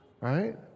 Right